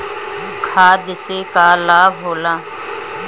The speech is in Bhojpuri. खाद्य से का लाभ होला?